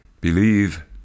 Believe